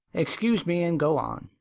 excuse me and go on,